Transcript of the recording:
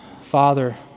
Father